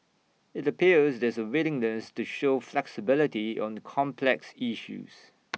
IT appears there's A willingness to show flexibility on complex issues